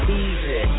easy